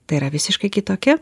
tai yra visiškai kitokia